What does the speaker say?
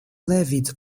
levied